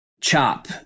Chop